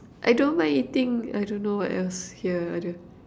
I don't mind eating I don't know what else here I don't